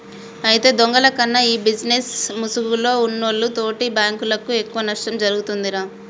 అయితే దొంగల కన్నా ఈ బిజినేస్ ముసుగులో ఉన్నోల్లు తోటి బాంకులకు ఎక్కువ నష్టం ఒరుగుతుందిరా